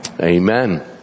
Amen